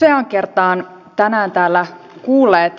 pyöräkertaan tänään täällä kuulee